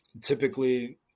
typically